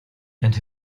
and